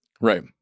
Right